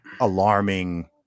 alarming